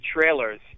trailers